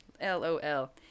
L-O-L